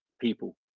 people